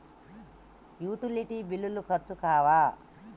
Utility బిల్లులు ఖర్చు కావా?